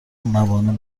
موانع